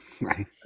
Right